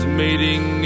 meeting